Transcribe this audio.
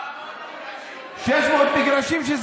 700 מגרשים.